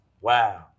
Wow